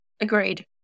agreed